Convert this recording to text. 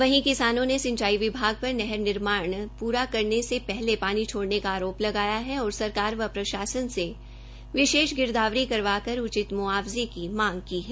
वहीं किसानों ने सिंचाई विभाग पर नहर निर्माण पूरा होने से पूर्व पानी छोडऩे का आरोप लगाया है और सरकार व प्रशासन से विशेष गिरदावरी करवाकर उचित मुआवजे की मांग की है